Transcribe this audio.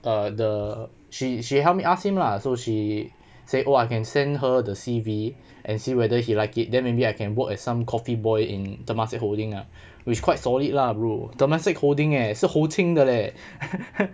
err the she she help me ask him lah so she say oh I can send her the C_V and see whether he like it then maybe I can work as some coffee boy in temasek holding ah which quite solid lah bro temasek holding eh 是 [ho] ching 的 leh